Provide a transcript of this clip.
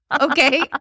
Okay